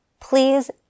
please